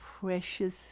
precious